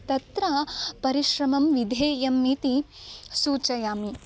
तत्र परिश्रमं विधेयम् इति सूचयामि